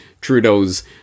Trudeau's